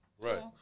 Right